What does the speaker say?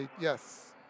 Yes